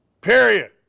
Period